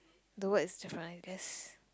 the word is different I guess